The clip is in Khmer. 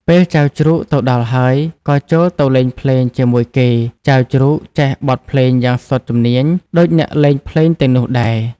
ពេលចៅជ្រូកទៅដល់ហើយក៏ចូលទៅលេងភ្លេងជាមួយគេ ចៅជ្រូកចេះបទភ្លេងយ៉ាងជំនាញដូចអ្នកលេងភ្លេងទាំងនោះដែរ។